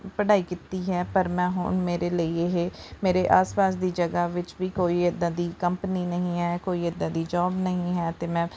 ਪੜ੍ਹਾਈ ਕੀਤੀ ਹੈ ਪਰ ਮੈਂ ਹੁਣ ਮੇਰੇ ਲਈ ਇਹ ਮੇਰੇ ਆਸ ਪਾਸ ਦੀ ਜਗ੍ਹਾ ਵਿੱਚ ਵੀ ਕੋਈ ਇੱਦਾਂ ਦੀ ਕੰਪਨੀ ਨਹੀਂ ਹੈ ਕੋਈ ਇੱਦਾਂ ਦੀ ਜੋਬ ਨਹੀਂ ਹੈ ਅਤੇ ਮੈਂ